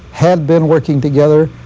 had been working together,